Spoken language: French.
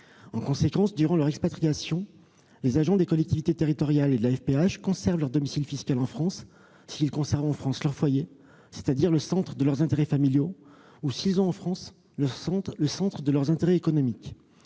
En conséquence, durant leur expatriation, les agents des collectivités territoriales et de la fonction publique hospitalière conservent leur domicile fiscal en France, s'ils conservent en France leur foyer, c'est-à-dire le centre de leurs intérêts familiaux, ou s'ils ont en France le centre de leurs intérêts économiques.